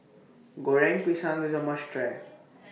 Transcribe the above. Goreng Pisang IS A must Try